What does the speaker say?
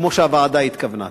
כמו שהוועדה התכוונה.